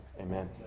Amen